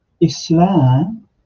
Islam